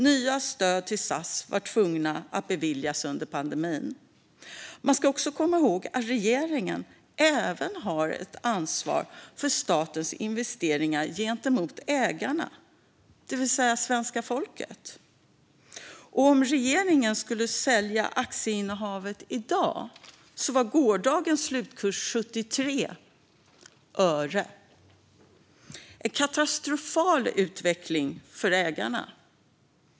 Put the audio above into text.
Nya stöd till SAS var tvungna att beviljas under pandemin. Man ska komma ihåg att regeringen även har ett ansvar för statens investeringar gentemot ägarna, det vill säga svenska folket. Om regeringen skulle sälja aktieinnehavet i dag kan jag säga att gårdagens slutkurs var 73 öre. Det är en katastrofal utveckling för ägarna.